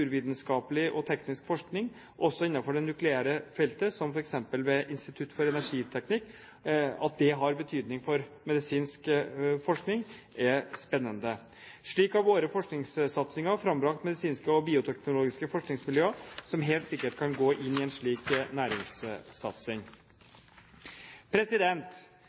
og teknisk forskning også innenfor det nukleære feltet, som f.eks. ved Institutt for energiteknikk – at det har betydning for medisinsk forskning, er spennende. Slik har vår forskningssatsing frembrakt medisinske og bioteknologiske forskningsmiljøer som helt sikkert kan gå inn i en slik næringssatsing.